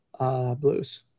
Blues